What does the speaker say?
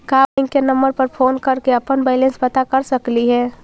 का बैंक के नंबर पर फोन कर के अपन बैलेंस पता कर सकली हे?